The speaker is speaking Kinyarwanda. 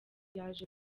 yaje